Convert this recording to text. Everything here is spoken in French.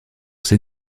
ses